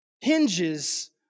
hinges